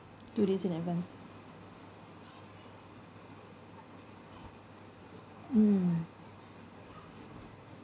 two days in advance mm